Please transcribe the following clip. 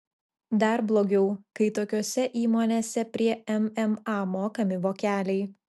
dar blogiau kai tokiose įmonėse prie mma mokami vokeliai